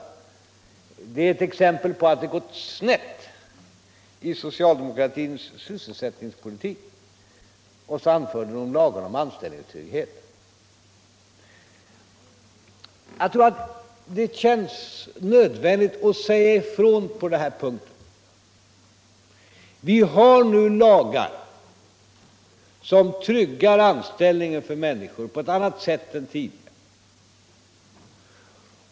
Detta skulle vara ett exempel på att det har gått snett i socialdemokratins sysselsättningspolitik, ansåg hon, och nämnde lagen om anställningstrygghet. Det känns nödvändigt att säga ifrån på den här punkten, att vi nu har lagar som tryggar anställningen för människor på ett helt annat sätt än tidigare.